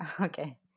okay